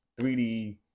3d